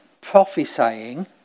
prophesying